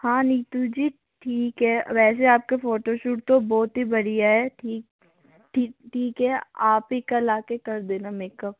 हाँ नीतू जी ठीक है वैसे आपके फोटोशूट तो बहुत ही बढ़िया है ठीक ठीक ठीक है आप ही कल आ के कर देना मैकअप